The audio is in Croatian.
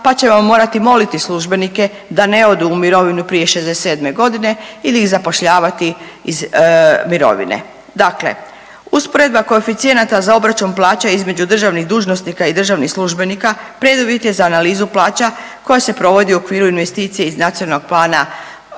pa ćemo morati moliti službenike da ne odu u mirovinu prije 67.g. ili ih zapošljavati iz mirovine. Dakle, usporedba koeficijenata za obračun plaće između državnih dužnosnika i državnih službenika preduvjet je za analizu plaća koja se provodi u okviru investicije iz NPOO-a